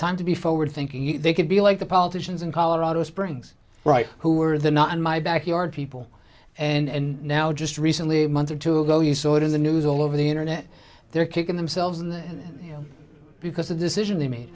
time to be forward thinking they could be like the politicians in colorado springs right who are the not in my backyard people and now just recently a month or two ago you saw it in the news all over the internet they're kicking themselves in because the decision they made